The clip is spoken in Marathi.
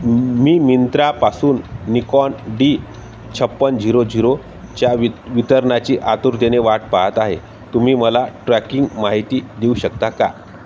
मी मिंत्रापासून निकॉन डी छप्पन्न झिरो झिरो च्या वि वितरणाची आतुरतेने वाट पाहत आहे तुम्ही मला ट्रॅकिंग माहिती देऊ शकता का